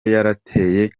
yarateye